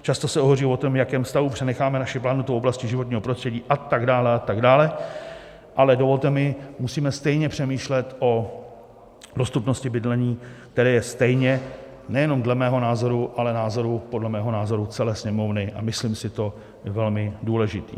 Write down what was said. Často se hovoří o tom, v jakém stavu přenecháme naši planetu v oblasti životního prostředí, a tak dále a tak dále, ale dovolte mi, musíme stejně přemýšlet o dostupnosti bydlení, které je nejenom dle mého názoru, ale podle mého názoru celé Sněmovny, a myslím si to, velmi důležitý.